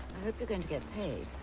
hope you're going to get paid.